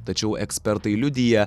tačiau ekspertai liudija